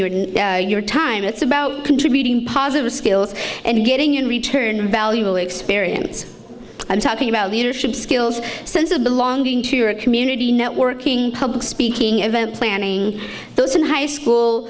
your your time it's about contributing positive skills and getting in return valuable experience and talking about leadership skills sense of belonging to a community networking public speaking event planning those in high school